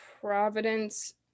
Providence